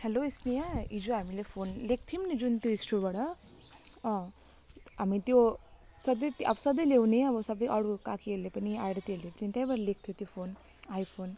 hello Sneha हिजो हामीले phone ल्याएको थियौँ नि जुन त्यो स्टोरबाट हामी त्यो सधैँ अब सधैँ ल्याउने सबै अरू काकीहरूले पनि आरतीहरूले त्यहीँबाट ल्याएको थियो त्यो फोन आई फोन